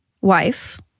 wife